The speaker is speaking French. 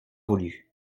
voulu